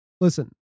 Listen